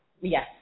yes